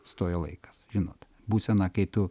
stoja laikas žinot būseną kai tu